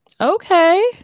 Okay